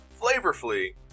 flavorfully